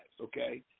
okay